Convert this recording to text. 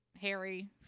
Harry